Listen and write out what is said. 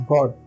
God